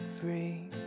free